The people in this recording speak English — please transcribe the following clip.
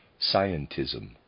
scientism